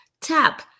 tap